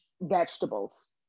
vegetables